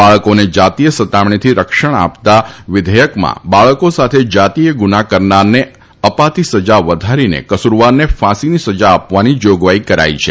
બાળકોને જાતીય સતામણીથી સંરક્ષણ આપતા વિધેયકમાં બાળકો સાથે જાતીય ગુના કરનારને અપાતી સજા વધારીને કસૂરવારને ફાંસીની સજા આપવાની જાગવાઈ કરાઈ છે